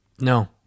No